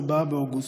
24 באוגוסט,